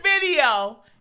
video